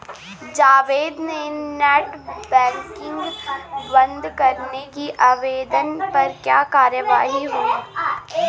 जावेद के net banking बंद करने के आवेदन पर क्या कार्यवाही हुई?